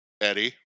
Eddie